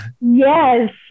Yes